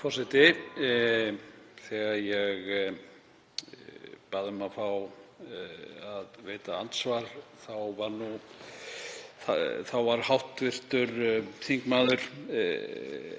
Þegar ég bað um að fá að veita andsvar þá var hv. þingmaður